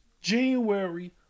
January